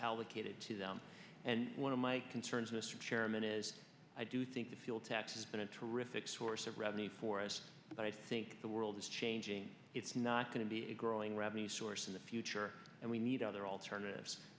allocated to them and one of my concerns mr chairman is i do think the fuel tax has been a terrific source of revenue for us but i think the world is changing it's not going to be a growing revenue source in the future and we need other alternatives